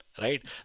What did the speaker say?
right